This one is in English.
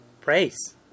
praise